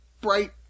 bright